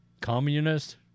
communist